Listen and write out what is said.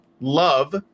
love